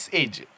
age